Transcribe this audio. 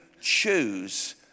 choose